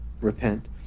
repent